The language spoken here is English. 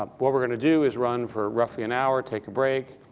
um what we're going to do is run for roughly an hour, take a break,